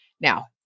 Now